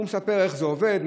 הוא מספר איך זה עובד,